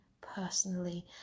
personally